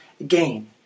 again